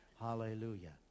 hallelujah